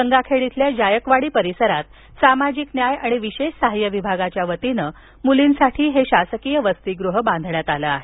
गंगाखेड इथल्या जायकवाडी परिसरात सामाजिक न्याय आणि विशेष सहाय्य विभागाच्या वतीने मुलींसाठी शासकीय वसतीगृह बांधण्यात आले आहे